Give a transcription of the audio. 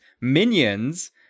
minions